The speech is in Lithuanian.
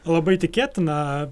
labai tikėtina